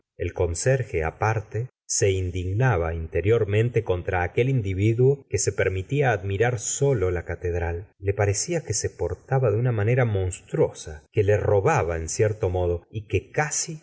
el conserje aparte se indignaba interiormente contra aquel individuo que se permitia admirar solo la catedral le parecía que se portaba de una manera monstruosa que le robaba en cierto modo y que casi